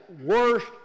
worst